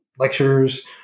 lectures